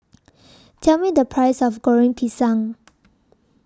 Tell Me The Price of Goreng Pisang